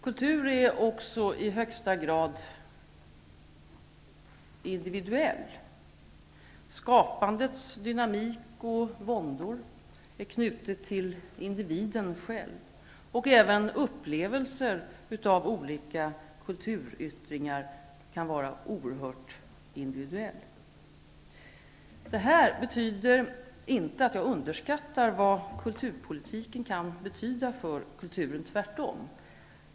Kultur är också i högsta grad individuell. Skapandets dynamik och våndor är knutna till individen själv. Även upplevelser av olika kulturyttringar kan vara oerhört individuella. Det här betyder inte att jag underskattar vad kulturpolitiken kan betyda för kulturen. Tvärtom!